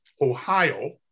Ohio